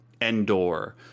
Endor